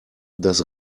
das